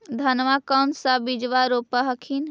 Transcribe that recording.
धनमा कौन सा बिजबा रोप हखिन?